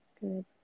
good